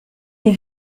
des